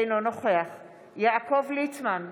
אינו נוכח יעקב ליצמן,